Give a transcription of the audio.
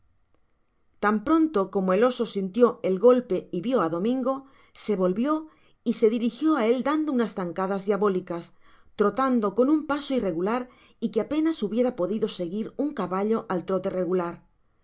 tan pronto como el oso sintio el golpe y vio á domingo se volvió y se dirigió á él dando unas zancadas diabólicas trotando con un paso irregular y que apenas hubiera podido seguir un caballo al trote regular